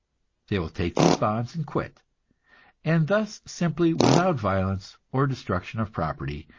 they will take these bonds and quit and thus simply, without violence or destruction of property,